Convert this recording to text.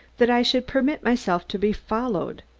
that i should permit myself to be followed.